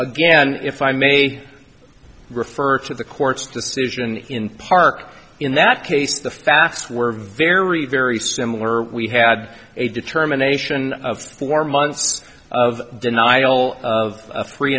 again if i may refer to the court's decision in park in that case the fast were very very similar we had a determination of four months of denial of free